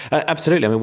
absolutely.